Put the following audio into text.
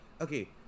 okay